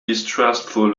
distrustful